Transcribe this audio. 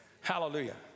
Hallelujah